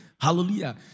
Hallelujah